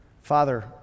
Father